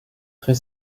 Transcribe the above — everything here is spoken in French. très